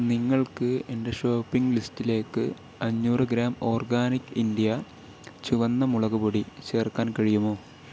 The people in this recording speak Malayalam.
നിങ്ങൾക്ക് എന്റെ ഷോപ്പിംഗ് ലിസ്റ്റിലേക്ക് അഞ്ഞൂറ് ഗ്രാം ഓർഗാനിക് ഇന്ത്യ ചുവന്ന മുളക് പൊടി ചേർക്കാൻ കഴിയുമോ